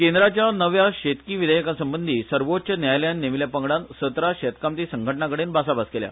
केंद्राच्या नव्या शेतकी विधेयका संबंदी सर्वोच्च न्यायालयान नेमिल्ल्या पंगडान सतरा शेतकामती संघटणा कडेन भासाभास केल्या